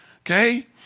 okay